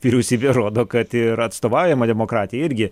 vyriausybė rodo kad ir atstovaujamą demokratiją irgi